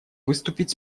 выступить